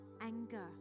anger